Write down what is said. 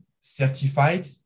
certified